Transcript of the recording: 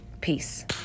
peace